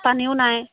পানীও নাই